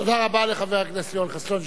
תודה רבה לחבר הכנסת יואל חסון,